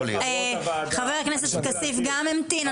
חבר הכנסת כסיף גם המתין,